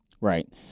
right